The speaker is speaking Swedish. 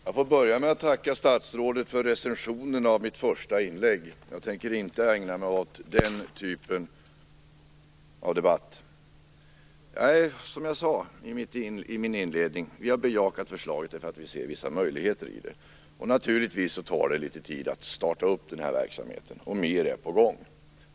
Herr talman! Jag får börja med att tacka för recensionen av mitt första inlägg. Jag tänker inte ägna mig åt den typen av debatt. Som jag sade i min inledning har vi bejakat förslaget därför att vi ser vissa möjligheter i det. Naturligtvis tar det litet tid att starta verksamheten, och mer är på gång.